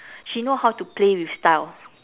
she know how to play with style